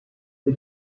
the